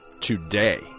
today